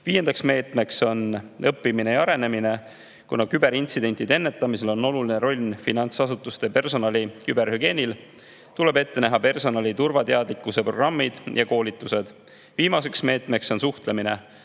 Viiendaks meetmeks on õppimine ja arenemine. Kuna küberintsidentide ennetamisel on oluline roll finantsasutuste personali küberhügieenil, tuleb ette näha personali turvateadlikkuse programmid ja koolitused. Viimaseks meetmeks on suhtlemine.